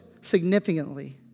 significantly